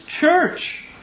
church